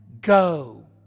go